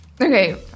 Okay